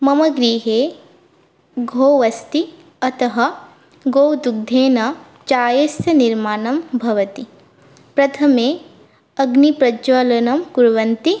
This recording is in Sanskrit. मम गृहे गोः अस्ति अतः गोदुग्धेन चायस्य निर्माणं भवति प्रथमे अग्निप्रज्वलनं कुर्वन्ति